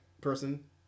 person